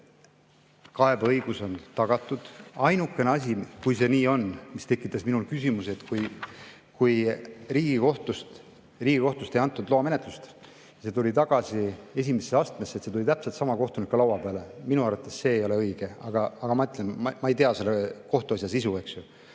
Kaebeõigus on tagatud. Ainukene asi, kui see nii on, mis tekitas minul küsimuse, et kui Riigikohtust ei antud loamenetlust ja see tuli tagasi esimesse astmesse, siis see tuli täpselt sama kohtuniku laua peale. Minu arvates see ei ole õige. Aga ma ütlen, et ma ei tea selle kohtuasja sisu.